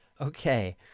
Okay